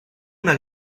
una